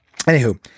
anywho